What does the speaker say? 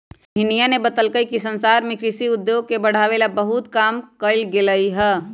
रोशनीया ने बतल कई कि संसार में कृषि उद्योग के बढ़ावे ला बहुत काम कइल गयले है